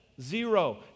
Zero